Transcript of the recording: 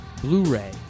Blu-ray